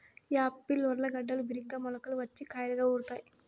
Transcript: Apple ఊర్లగడ్డలు బిరిగ్గా మొలకలు వచ్చి కాయలుగా ఊరుతాయి